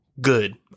good